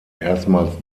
erstmals